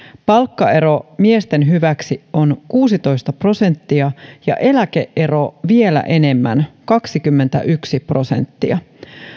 palkkaero miesten hyväksi on kuusitoista prosenttia ja eläke ero vielä enemmän kaksikymmentäyksi prosenttia